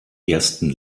ersten